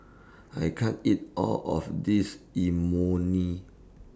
I can't eat All of This Imoni